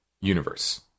universe